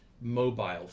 mobile